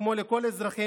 כמו לכל האזרחים,